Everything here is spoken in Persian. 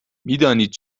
میدانید